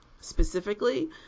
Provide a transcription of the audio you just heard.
specifically